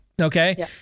okay